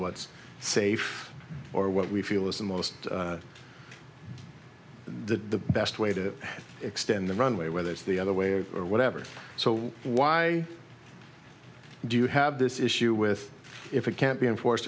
what's safe or what we feel is the most the best way to extend the runway whether it's the other way or whatever so why do you have this issue with if it can't be enforced